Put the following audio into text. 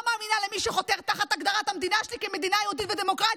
לא מאמינה למי שחותר תחת הגדרת המדינה שלי כמדינה יהודית ודמוקרטית.